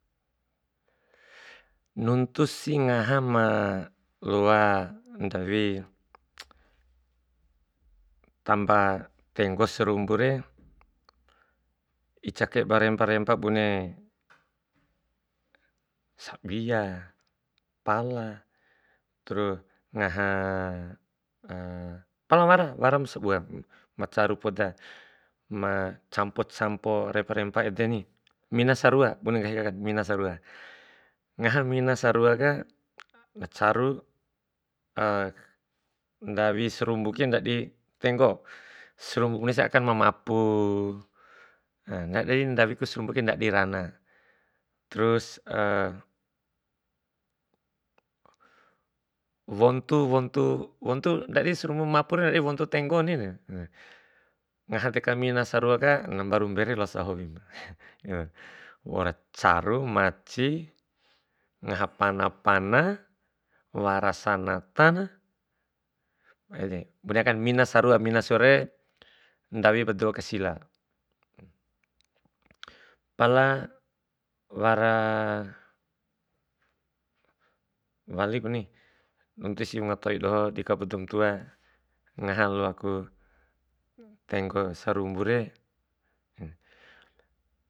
nuntusi ngaha ma loa ndawi tamba tenggo sarumbure, ica kai ba rempa rempa bune sabia, pala, terus ngaha pala wara, wara ma sabua, ma caru poda, ma campo campo rempa rempa edeni, mina sarua bune nggahi ku akande mina sarua. Ngaha mina saruaka na caru ndawi sarumbuke nandi tenggo bunes akan ma mapu na ndadi ndawi kai sarumbu ke ndadi rana. Terus wontu, wontu, wontu ndadi serumbu mapure ndadi kai tenggo ni, ngaha deka mina saruaka na mbaru mbere losa howin waura caru, maci, ngaha pana pana wara sanatanya, bune akan mina saruare ndawi ba dou aka sila. Pala wara walikuni, edesi wunga toi dohodi kauba dou ma tua ngaha loaku tenggo sarumbure.